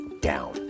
down